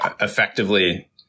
effectively